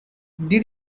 did